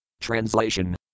Translation